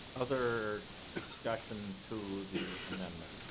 other discussion to the amendment?